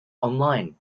online